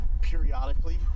periodically